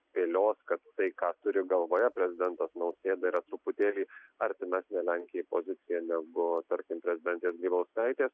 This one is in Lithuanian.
spėlios kad tai ką turi galvoje prezidentas nausėda yra truputėlį artimesnė lenkijai pozicija negu tarkim prezidentės grybauskaitės